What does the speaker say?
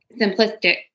simplistic